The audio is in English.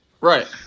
right